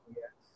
yes